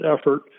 effort